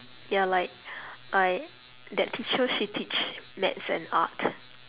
ya like I that teacher she teach maths and art